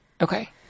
Okay